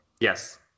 Yes